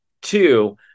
two